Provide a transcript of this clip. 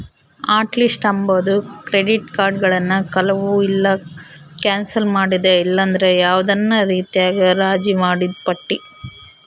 hot list ಅಂಬಾದು credit ಕಾರ್ಡುಗುಳ್ನ ಕಳುವು ಇಲ್ಲ ಕ್ಯಾನ್ಸಲ್ ಮಾಡಿದ ಇಲ್ಲಂದ್ರ ಯಾವ್ದನ ರೀತ್ಯಾಗ ರಾಜಿ ಮಾಡಿದ್ ಪಟ್ಟಿ